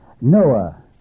Noah